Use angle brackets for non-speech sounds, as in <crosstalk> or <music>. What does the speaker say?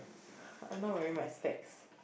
<breath> I not wearing my specs